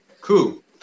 cool